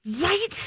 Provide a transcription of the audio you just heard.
Right